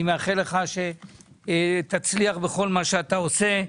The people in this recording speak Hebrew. אני מאחל לך להצליח בכל מה שאתה עושה.